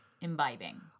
imbibing